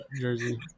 jersey